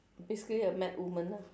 basically a mad woman ah